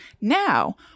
Now